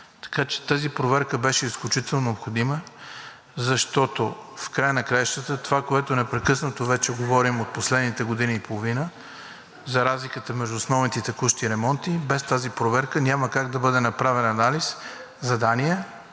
Така че тази проверка беше изключително необходима, защото в края на краищата това, което непрекъснато вече говорим от последните година и половина за разликата между основните и текущите ремонти, без тази проверка няма как да бъде направен анализ, задание